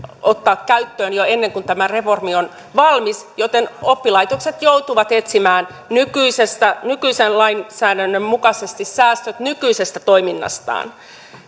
ottaa käyttöön jo ennen kuin tämä reformi on valmis joten oppilaitokset joutuvat etsimään nykyisen lainsäädännön mukaisesti säästöt nykyisestä toiminnastaan